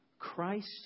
Christ